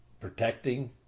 protecting